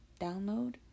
download